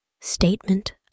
Statement